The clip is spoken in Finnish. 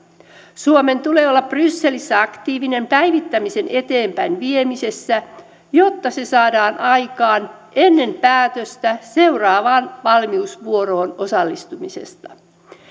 suomen tulee olla brysselissä aktiivinen päivittämisen eteenpäinviemisessä jotta se saadaan aikaan ennen päätöstä seuraavaan valmiusvuoroon osallistumisesta